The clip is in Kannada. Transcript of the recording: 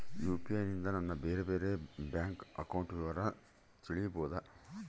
ಯು.ಪಿ.ಐ ನಿಂದ ನನ್ನ ಬೇರೆ ಬೇರೆ ಬ್ಯಾಂಕ್ ಅಕೌಂಟ್ ವಿವರ ತಿಳೇಬೋದ?